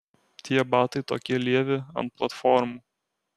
tie batai tokie lievi ant platformų